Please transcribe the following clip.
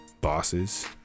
bosses